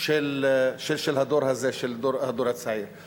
של הדור הזה, של הצעיר הזה.